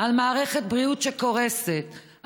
על מערכת בריאות שקורסת,